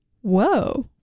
Whoa